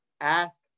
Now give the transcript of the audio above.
ask